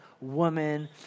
woman